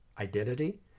identity